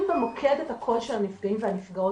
במוקד את הקול של הנפגעים והנפגעות.